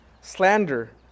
slander